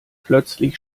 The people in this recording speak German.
plötzlich